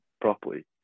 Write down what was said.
properly